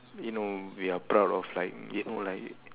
you know we are proud of like you know like